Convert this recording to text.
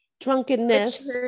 drunkenness